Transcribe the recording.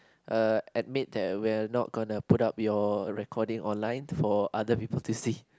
uh admit that we're not gonna put up your recording online for other people to see